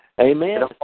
Amen